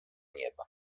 nieba